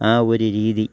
ആ ഒരു രീതി